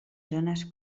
zones